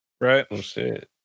Right